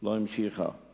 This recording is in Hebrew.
לא המשיכה בעבודתה.